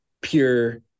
pure